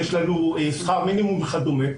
יש לנו שכר מינימום וכדומה.